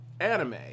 anime